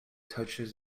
touches